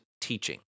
teaching